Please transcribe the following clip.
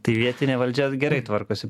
tai vietinė valdžia gerai tvarkosi